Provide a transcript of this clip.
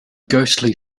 ghostly